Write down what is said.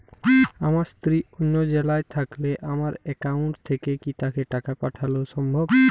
আমার স্ত্রী অন্য জেলায় থাকলে আমার অ্যাকাউন্ট থেকে কি তাকে টাকা পাঠানো সম্ভব?